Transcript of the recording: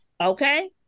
okay